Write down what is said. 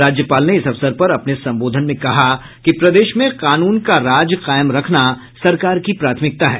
राज्यपाल ने इस अवसर पर अपने संबोधन में कहा कि प्रदेश में कानून का राज कायम रखना सरकार की प्राथमिकता है